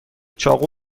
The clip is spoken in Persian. چاقو